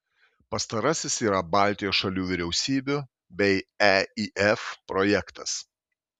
pastarasis yra baltijos šalių vyriausybių bei eif projektas